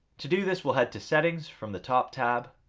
to do this we'll head to settings from the top tab,